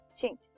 Change